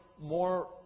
more